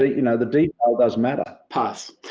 ah you know, the detail does matter pass.